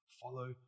follow